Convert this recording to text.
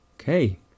Okay